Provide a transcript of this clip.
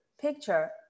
picture